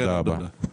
תודה רבה.